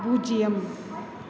பூஜ்ஜியம்